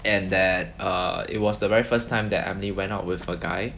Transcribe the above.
and that err it was the very first time that emily went out with a guy